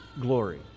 glory